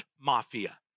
mafia